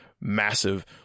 massive